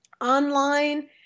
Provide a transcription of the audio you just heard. online